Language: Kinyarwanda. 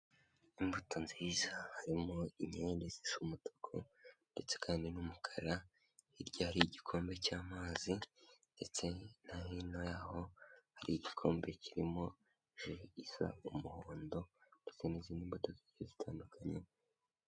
Imbuto nziza harimo inkeri zisa umutuku ndetse kandi n'umukara, hirya hari igikombe cy'amazi ndetse no hino yaho hari igikombe kirimo ji isa umuhondo ndetse n'izindi mbuto zigiye zitandukanye.